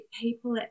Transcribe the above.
people